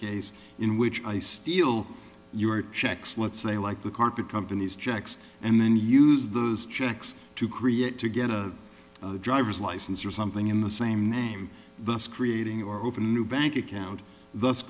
case in which i steal your checks let's say like the carpet companies jacks and then use those checks to create to get a driver's license or something in the same name thus creating or open a new bank account th